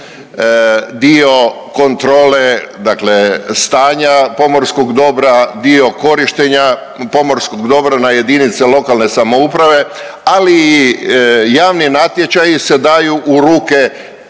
dio kontrole, dakle stanja pomorskog dobra, dio korištenja pomorskog dobra na jedinice lokalne samouprave ali i javni natječaji se daju u ruke